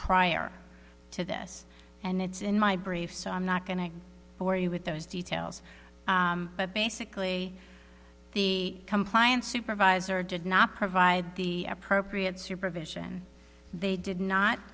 prior to this and it's in my brief so i'm not going to bore you with those details but basically the compliance supervisor did not provide the appropriate supervision they did not